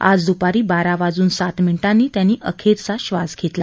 आज द्पारी बारा वाजून सात मिनिटांनी त्यांनी अखेरचा श्वास घेतला